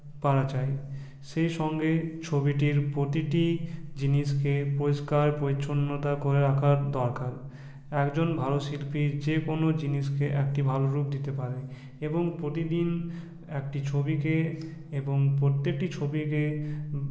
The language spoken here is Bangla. পারা চাই সেই সঙ্গে ছবিটির প্রতিটি জিনিসকে পরিষ্কার পরিচ্ছন্নতা করে রাখার দরকার একজন ভালো শিল্পীর যে কোনো জিনিসকে একটি ভালো রূপ দিতে পারে এবং প্রতিদিন একটি ছবিকে এবং প্রত্যেকটি ছবিকে